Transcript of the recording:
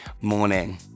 Morning